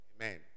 Amen